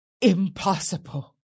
impossible